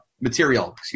material